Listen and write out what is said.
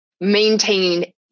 maintain